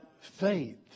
faith